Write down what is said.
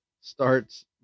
starts